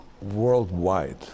worldwide